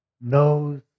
knows